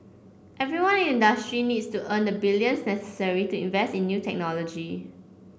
everyone in industry needs to earn the billions necessary to invest in new technology